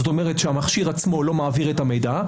זאת אומרת שהמכשיר עצמו לא מעביר את המידע,